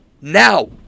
now